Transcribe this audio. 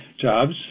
jobs